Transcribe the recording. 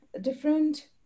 different